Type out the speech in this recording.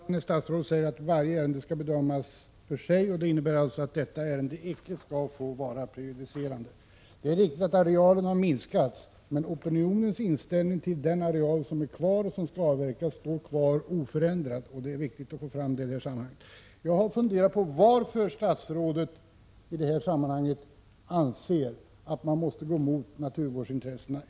Herr talman! Det är i och för sig tillfredsställande att statsrådet säger att varje ärende skall bedömas för sig. Det innebär alltså att beslutet i detta ärende icke skall få vara prejudicerande. Det är riktigt att arealen har minskats, men opinionen mot en avverkning av den areal som ändå skall avverkas står kvar oförändrad — det är viktigt att framhålla i det här sammanhanget. Jag har funderat över varför statsrådet anser att man i det här sammanhanget måste gå emot naturvårdsintressena.